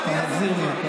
אתה מחזיר לי.